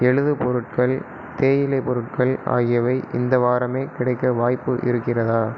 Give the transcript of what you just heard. எழுது பொருட்கள் தேயிலை பொருட்கள் ஆகியவை இந்த வாரமே கிடைக்க வாய்ப்பு இருக்கிறதா